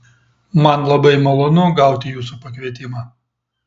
man labai malonu gauti jūsų pakvietimą